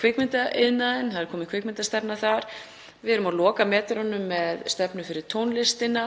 kvikmyndaiðnaðinn, það er komin kvikmyndastefna þar, við erum á lokametrunum með stefnu fyrir tónlistina,